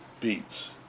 beats